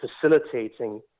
facilitating